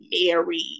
married